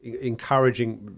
encouraging